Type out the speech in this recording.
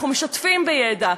אנחנו משתפים בידע,